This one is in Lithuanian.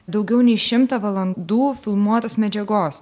daugiau nei šimtą valandų filmuotos medžiagos